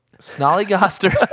snollygoster